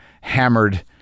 hammered